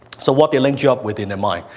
so, what they link you up with in their mind.